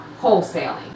wholesaling